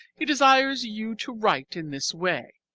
he desires you to write in this way